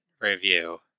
review